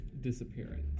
disappearance